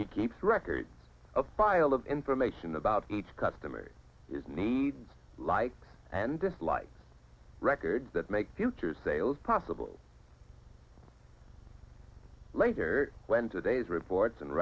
he keeps records of pile of information about each customer is need like and dislike records that make future sales possible later when today's reports and